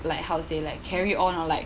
like how to say like carry on or like